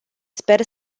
sper